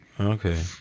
Okay